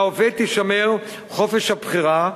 לעובד יישמר חופש הבחירה,